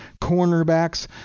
Cornerbacks